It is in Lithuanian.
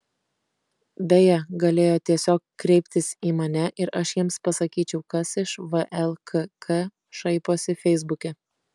beje galėjo tiesiog kreiptis į mane ir aš jiems pasakyčiau kas iš vlkk šaiposi feisbuke